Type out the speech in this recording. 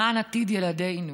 למען עתיד ילדינו,